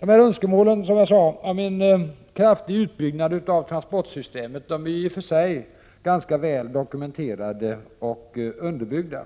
De önskemål som har förts fram om en kraftig utbyggnad av transportsystemet är i och för sig ganska väl dokumenterade och underbyggda.